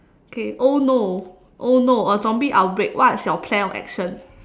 okay oh no oh no a zombie outbreak what is your plan of action